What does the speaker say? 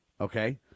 okay